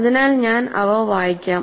അതിനാൽ ഞാൻ അവ വായിക്കാം